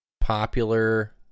popular